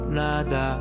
nada